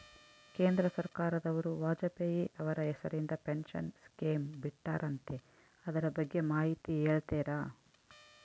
ಕೇಂದ್ರ ಸರ್ಕಾರದವರು ವಾಜಪೇಯಿ ಅವರ ಹೆಸರಿಂದ ಪೆನ್ಶನ್ ಸ್ಕೇಮ್ ಬಿಟ್ಟಾರಂತೆ ಅದರ ಬಗ್ಗೆ ಮಾಹಿತಿ ಹೇಳ್ತೇರಾ?